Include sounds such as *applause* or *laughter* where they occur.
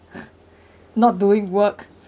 *laughs* not doing work